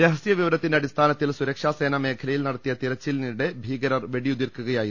രഹസ്യ വിവര ത്തിന്റെ അടിസ്ഥാനത്തിൽ സുരക്ഷാസേന മേഖലയിൽ നടത്തിയ തിര ച്ചിലിനിടെ ഭീകരർ വെടിയുതിർക്കുകയായിരുന്നു